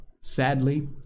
Sadly